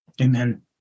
Amen